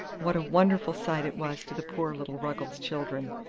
what a wonderful sight it was to the poor little ruggles children,